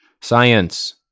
Science